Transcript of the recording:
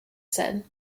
said